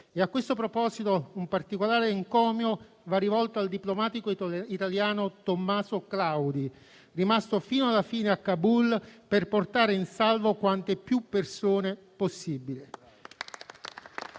e a questo proposito un particolare encomio va rivolto al diplomatico italiano Tommaso Claudi, rimasto fino alla fine a Kabul per portare in salvo quante più persone possibili.